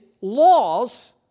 laws